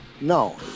No